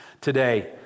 today